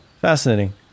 fascinating